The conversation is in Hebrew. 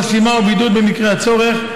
חסימה ובידוד במקרה הצורך,